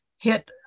hit